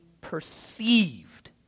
perceived